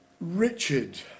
Richard